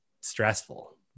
stressful